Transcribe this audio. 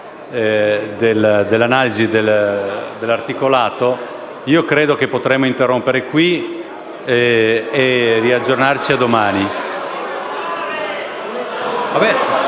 nell'analisi dell'articolato, credo che potremmo interrompere qui e aggiornarci alla